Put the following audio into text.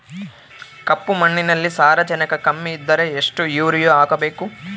ಕಪ್ಪು ಮಣ್ಣಿನಲ್ಲಿ ಸಾರಜನಕ ಕಮ್ಮಿ ಇದ್ದರೆ ಎಷ್ಟು ಯೂರಿಯಾ ಹಾಕಬೇಕು?